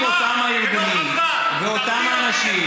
אם אותם הארגונים ואותם האנשים,